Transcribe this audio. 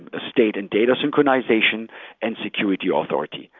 ah state and data synchronization and security authority.